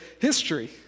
history